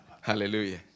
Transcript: Hallelujah